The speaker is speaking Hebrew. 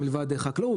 מלבד חקלאות,